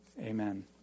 Amen